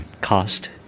cost